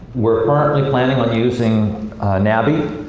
we're currently planning on using nabe.